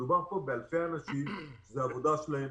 מדובר פה באלפי אנשים שזו העבודה שלהם.